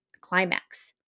Climax